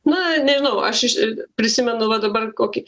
na nežinau aš iš prisimenu va dabar kokį